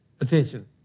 attention